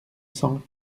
cent